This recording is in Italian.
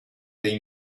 dei